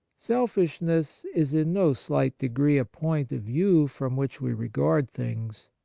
selfishness is in no slight degree a point of view from which we regard things.